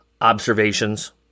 observations